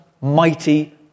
mighty